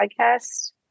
podcast